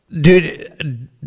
Dude